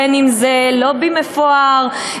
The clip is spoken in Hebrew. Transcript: בין שזה לובי מפואר,